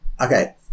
Okay